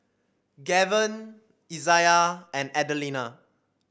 Gaven Izayah and Adelina